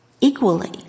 equally